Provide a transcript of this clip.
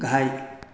गाहाय